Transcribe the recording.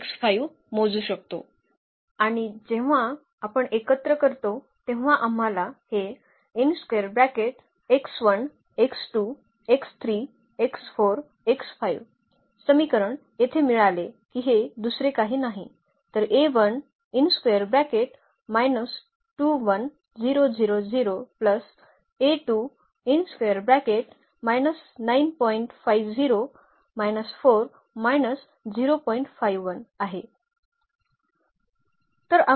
आणि जेव्हा आपण एकत्र करतो तेव्हा आम्हाला हे समीकरण येथे मिळाले की हे दुसरे काही नाही तर आहे